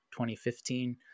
2015